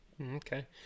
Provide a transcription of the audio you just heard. Okay